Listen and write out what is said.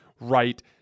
right